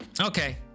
okay